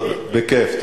בכיף.